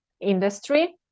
industry